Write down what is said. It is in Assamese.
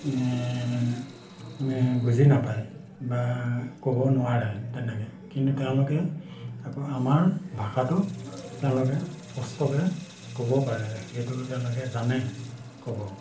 বুজি নাপায় বা ক'ব নোৱাৰে তেনেকৈ কিন্তু তেওঁলোকে আকৌ আমাৰ ভাষাটো তেওঁলোকে কষ্টকৈ ক'ব পাৰে সেইটো তেওঁলোকে জানে ক'ব